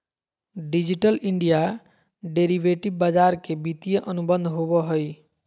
digital India derivative बाजार के वित्तीय अनुबंध होबो हइ